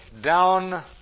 down